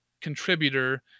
contributor